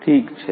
ઠીક છે